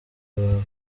wawe